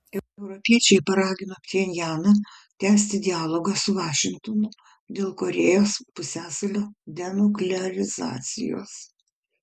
europiečiai paragino pchenjaną tęsti dialogą su vašingtonu dėl korėjos pusiasalio denuklearizacijos